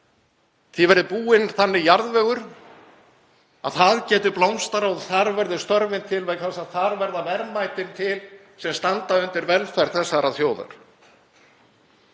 verði búinn þannig jarðvegur að það geti blómstrað og þar verði störfin til vegna þess að þar verða verðmætin til sem standa undir velferð þessarar þjóðar.